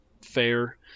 fair